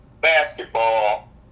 basketball